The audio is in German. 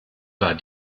war